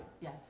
Yes